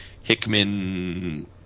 Hickman